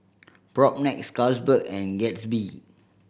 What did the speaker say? Propnex Carlsberg and Gatsby